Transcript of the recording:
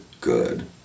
good